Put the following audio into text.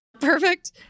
Perfect